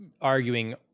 arguing